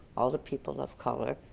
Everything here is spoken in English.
all the people of color,